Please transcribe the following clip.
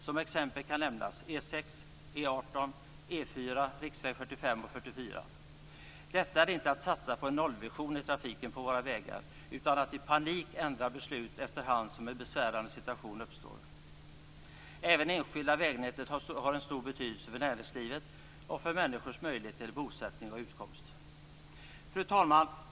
Som exempel kan nämnas E 6, E 18, E 4, riksväg 45 och 44. Detta är inte att satsa på en nollvision i trafiken på våra vägar utan att i panik ändra beslut efter hand som en besvärande situation uppstår. Även det enskilda vägnätet har en stor betydelse för näringslivet och för människors möjlighet till bosättning och utkomst. Fru talman!